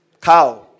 cow